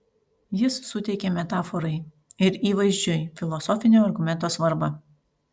jis suteikė metaforai ir įvaizdžiui filosofinio argumento svarbą